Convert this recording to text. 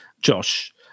Josh